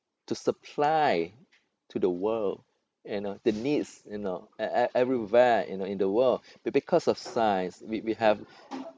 to supply to the world you know the needs you know e~ e~ everywhere you know in the world be~ because of science we we have